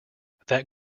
that